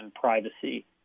privacy